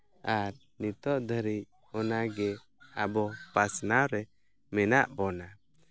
ᱟᱨ ᱱᱤᱛᱳᱜ ᱫᱷᱟᱹᱨᱤᱡ ᱚᱱᱟ ᱜᱮ ᱟᱵᱚ ᱯᱟᱥᱱᱟᱣ ᱨᱮ ᱢᱮᱱᱟᱜ ᱵᱚᱱᱟ